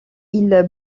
ils